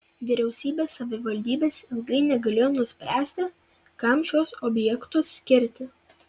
vyriausybė savivaldybės ilgai negalėjo nuspręsti kam šiuos objektus skirti